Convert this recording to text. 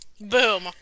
boom